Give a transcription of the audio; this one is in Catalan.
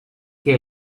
que